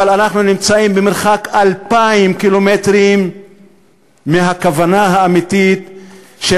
אבל אנחנו נמצאים מרחק אלפיים קילומטרים מהכוונה האמיתית של